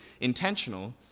intentional